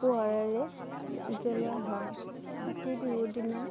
পোহৰেৰে জ্বলোৱা হয় কাতি বিহুৰ দিনা